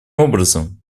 образом